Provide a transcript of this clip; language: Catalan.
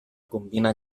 combina